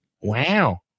Wow